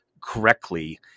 correctly